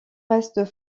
restent